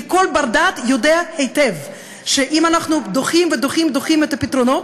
כי כל בר-דעת יודע היטב שאם אנחנו דוחים ודוחים דוחים את הפתרונות,